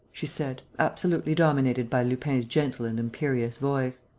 she said, absolutely dominated by lupin's gentle and imperious voice.